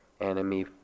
enemy